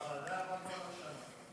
הוועדה, שנה.